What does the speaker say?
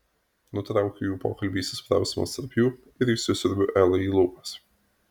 nutraukiu jų pokalbį įsisprausdamas tarp jų ir įsisiurbiu elai į lūpas